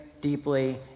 deeply